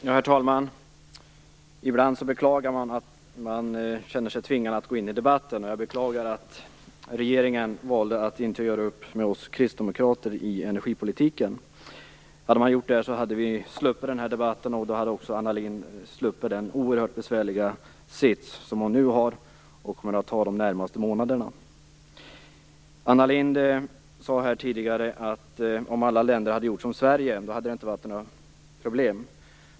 Herr talman! Ibland beklagar man att man känner sig tvingad att gå in i debatten. Jag beklagar att regeringen valde att inte göra upp med oss kristdemokrater i energipolitiken. Om man hade gjort det hade vi sluppit den här debatten. Då hade också Anna Lindh sluppit den oerhört besvärliga sits som hon nu har och kommer att ha under de närmaste månaderna. Anna Lindh sade tidigare att det inte hade varit några problem om alla länder hade gjort som Sverige.